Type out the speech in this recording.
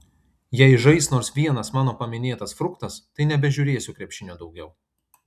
jei žais nors vienas mano paminėtas fruktas tai nebežiūrėsiu krepšinio daugiau